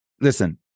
Listen